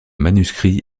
manuscrits